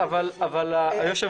היושב